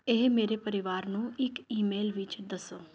ਇਹ ਮੇਰੇ ਪਰਿਵਾਰ ਨੂੰ ਇੱਕ ਈਮੇਲ ਵਿੱਚ ਦੱਸੋ